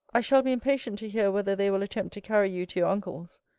i shall be impatient to hear whether they will attempt to carry you to your uncle's.